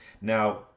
Now